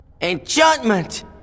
enchantment